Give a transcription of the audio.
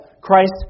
Christ